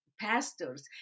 pastors